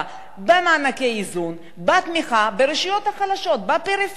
במענקי האיזון, בתמיכה, ברשויות החלשות, בפריפריה.